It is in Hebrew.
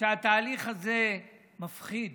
והתהליך הזה מפחיד.